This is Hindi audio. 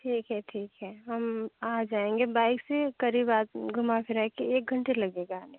ठीक है ठीक है हम आ जाएँगे बाइक से करीब आ घुमा फिरा कर एक घंटे लगेगा